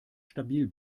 stabil